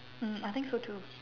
um I think so too